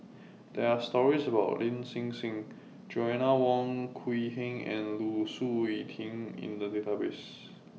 There Are stories about Lin Hsin Hsin Joanna Wong Quee Heng and Lu Suitin in The Database